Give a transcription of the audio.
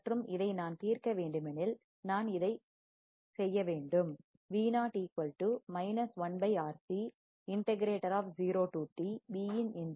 மற்றும் இதை நான் தீர்க்க வேண்டுமெனில் நான் இதை செய்ய வேண்டும்